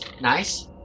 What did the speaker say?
nice